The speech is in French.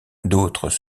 d’autres